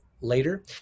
later